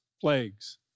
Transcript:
plagues